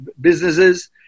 businesses